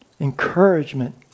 encouragement